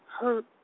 hurt